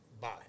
bye